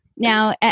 Now